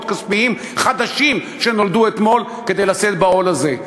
כספיים חדשים שנולדו אתמול כדי לשאת בעול הזה.